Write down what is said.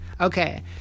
Okay